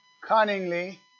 cunningly